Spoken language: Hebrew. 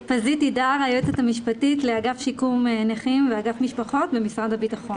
יועצת משפטית לאגף שיקום נכים ואגף משפחות במשרד הביטחון.